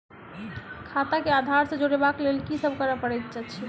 खाता केँ आधार सँ जोड़ेबाक लेल की सब करै पड़तै अछि?